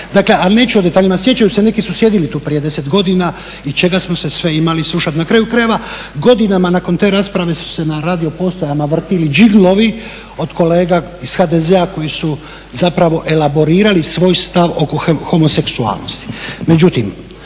Dakle, ali neću o detaljima, sjećam se, neki su sjedili tu prije 10 godina i čega smo se sve imali slušat, na kraju krajeva, godinama nakon te rasprave su se na radio postajama vrtili điglovi od kolega iz HDZ-a koji su zapravo elaborirali svoj stav oko homoseksualnosti.